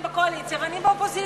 הם בקואליציה ואני באופוזיציה.